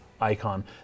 icon